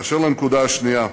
באשר לנקודה השנייה,